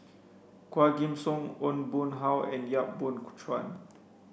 Quah Kim Song Aw Boon Haw and Yap Boon Ku Chuan